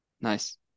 Nice